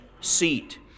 seat